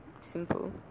simple